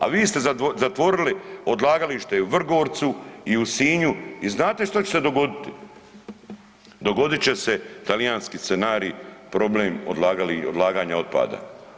A vi ste zatvorili odlagalište i u Vrgorcu i u Sinju i znate što će se dogoditi, dogodit će se talijanski scenarij, problem odlaganja otpada.